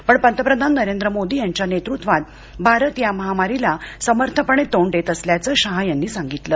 पण पंतप्रधान नरेंद्र मोदी यांच्या नेतृत्वात भारत या महामारीला समर्थपणे तोंड देत असल्याचं शाह यांनी सांगितलं